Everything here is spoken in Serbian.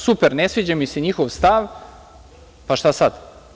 Super, ne sviđa mi se njihov stav, pa šta sad?